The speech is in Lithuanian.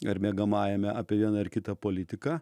ar miegamajame apie vieną ar kitą politiką